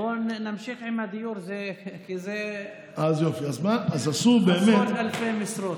בוא נמשיך עם הדיור, כי שם זה עשרות אלפי משרות.